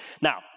Now